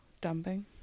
dumping